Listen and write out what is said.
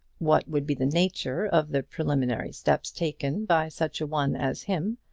what would be the nature of the preliminary steps taken by such a one as him,